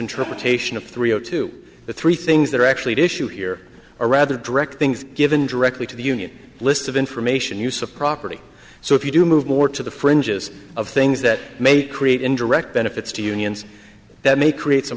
interpretation of three o two three things that are actually issue here are rather direct things given directly to the union list of information use of property so if you do move more to the fringes of things that may create indirect benefits to unions that may create some